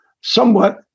somewhat